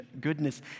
goodness